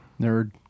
Nerd